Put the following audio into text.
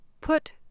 Put